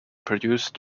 produced